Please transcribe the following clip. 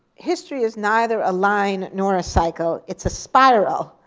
history is neither a line nor a cycle, it's a spiral.